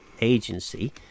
agency